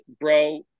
bro